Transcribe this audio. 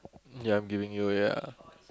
ya I'm giving you ya